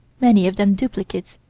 many of them duplicates,